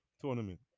tournament